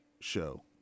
show